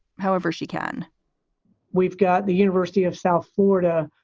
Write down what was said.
however she can we've got the university of south florida.